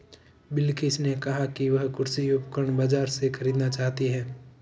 बिलकिश ने कहा कि वह कृषि उपकरण बाजार से खरीदना चाहती है